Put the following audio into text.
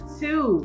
two